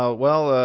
ah well,